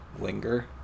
linger